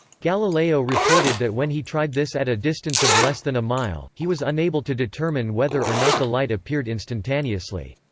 galileo reported that when he tried this at a distance of less than a mile, he was unable to determine whether or not the light appeared instantaneously.